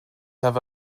have